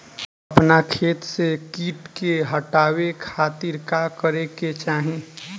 अपना खेत से कीट के हतावे खातिर का करे के चाही?